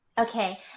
Okay